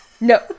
No